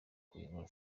kuyobora